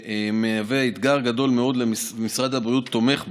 שמהווה אתגר גדול מאוד, ומשרד הבריאות תומך בו.